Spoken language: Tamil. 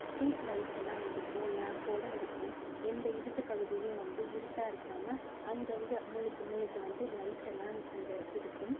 ஸ்ட்ரீட் லைட்டெல்லாம் இருக்கும் லேம்ப்போடு இருக்கும் எந்த இருட்டு பகுதிலேயும் வந்து இருட்டாக இருக்காமல் அங்கே அங்கே மூலைக்கு மூலைக்கு வந்து லைட்டெல்லாம் அங்கே இருக்கும்